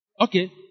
Okay